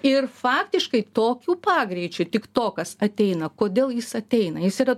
ir faktiškai tokiu pagreičiu tiktokas ateina kodėl jis ateina jis yra